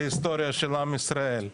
להיסטוריה של עם ישראל.